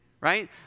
right